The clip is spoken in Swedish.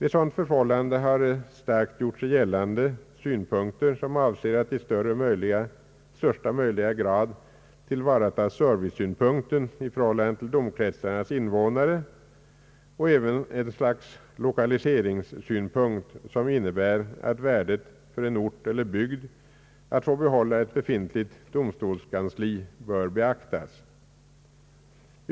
I sådana fall har synpunkter starkt gjort sig gällande avseende att i största möjliga grad tillvarata serviceaspekter i för hållande till domkretsarnas invånare samt också att ett slags lokaliseringssynpunkt på värdet för en ort eller bygd att få behålla ett befintligt domstolskansli bör beaktas.